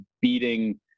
beating